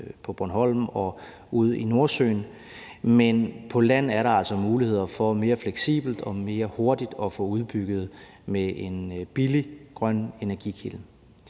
på Bornholm og ude i Nordsøen, men på land er der altså muligheder for mere fleksibelt og hurtigere at få udbygget med en billig grøn energikilde.